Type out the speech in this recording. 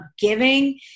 giving